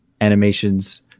animations